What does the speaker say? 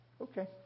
Okay